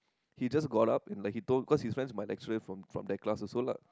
he just got up and like he told cause his friends my lecturer from from that class also lah